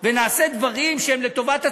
ונעשה דברים שהם לטובת הציבור,